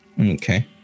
Okay